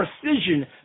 precision